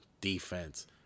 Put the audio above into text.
defense